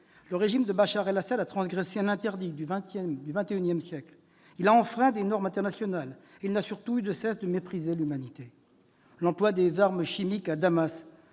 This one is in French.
le régime de Bachar al-Assad a transgressé un interdit du XXI siècle. Il a enfreint des normes internationales. Il n'a eu de cesse, surtout, de mépriser l'humanité. L'emploi d'armes chimiques par Damas